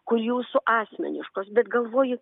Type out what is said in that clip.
kur jūsų asmeniškos bet galvoju